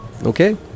Okay